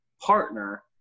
partner